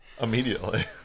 Immediately